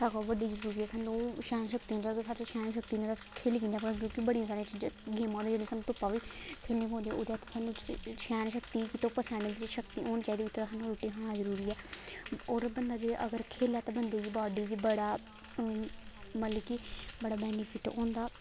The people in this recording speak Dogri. सारें कोला बड्डी चीज़ ऐ सानूं सैह्न शक्ति साढ़े च सैहन शक्ति निं होग अस खेली कि'यां सकगे कि बड़ियां सारियां गेमां होंदियां जेह्ड़ियां सानूं धुप्पा बी खेलनियां पौंदियां ओह्दे च सानूं सैह्न शक्ति धुप्प सैह्ने दी शक्ति होनी चाहिदी उत्थें सानूं रुट्टी खानी जरूरी ऐ होर बंदा जे अगर खेलै ते बंदे दी बाड्डी गी बड़ा मतलब कि बड़ा बड़ा बैनिफिट होंदा